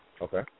Okay